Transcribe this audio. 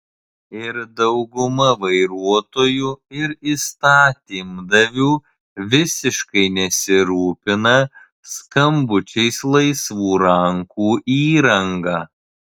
ir dauguma vairuotojų ir įstatymdavių visiškai nesirūpina skambučiais laisvų rankų įranga